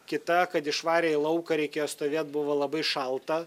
kita kad išvarė į lauką reikėjo stovėt buvo labai šalta